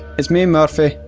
it's me murphy,